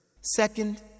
Second